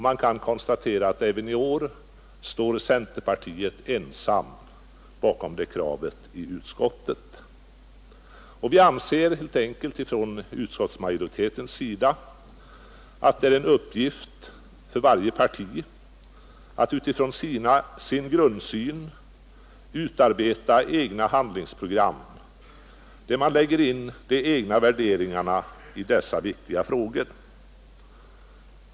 Man kan konstatera att centerpartiet även i år står ensamt bakom det kravet i utskottet. Utskottsmajoriteten anser helt enkelt att det är en uppgift för varje parti att utifrån sin grundsyn utarbeta egna handlingsprogram där man lägger in de egna värderingarna i dessa viktiga frågor.